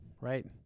right